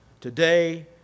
Today